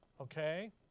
Okay